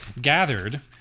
gathered